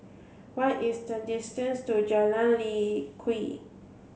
what is the distance to Jalan Lye Kwee